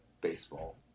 baseball